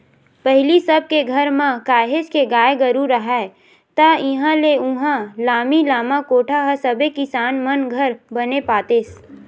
पहिली सब के घर म काहेच के गाय गरु राहय ता इहाँ ले उहाँ लामी लामा कोठा ह सबे किसान मन घर बने पातेस